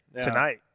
tonight